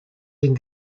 den